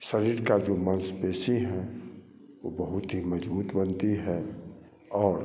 शरीर का जो मांसपेशी है वो बहुत ही मजबूत बनती है और